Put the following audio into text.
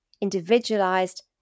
individualized